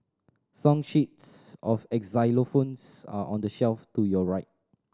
song sheets of xylophones are on the shelf to your right